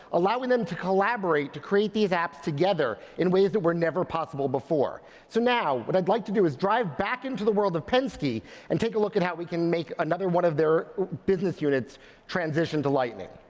allowing them to collaborate to create these apps together in ways that were never possible before. so, now, what i'd like to do is drive back into the world of penske and take a look at how we can make another one of their business units transition to lightning.